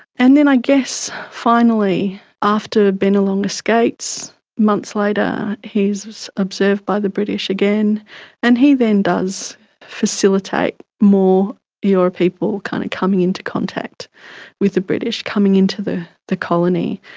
and then i guess finally after bennelong escapes, months later he is observed by the british again and he then does facilitate more eora people kind of coming into contact with the british, coming into the the colony.